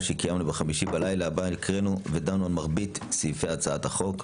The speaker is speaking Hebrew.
שקיימנו בחמישי בלילה בה הקראנו ודנו על מרבית סעיפי הצעת החוק.